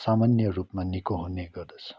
समान्यरूपमा निको हुने गर्दछ